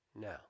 now